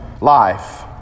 life